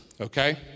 Okay